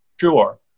sure